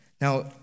Now